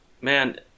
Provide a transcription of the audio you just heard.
man